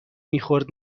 میخورد